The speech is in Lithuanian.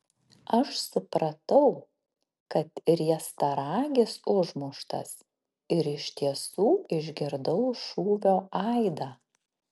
aš supratau kad riestaragis užmuštas ir iš tiesų išgirdau šūvio aidą